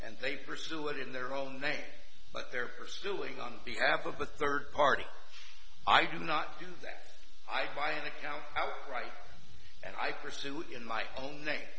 and they pursue it in their own name but they're pursuing on behalf of a third party i do not do that i buy an account how i write and i curse you in my own name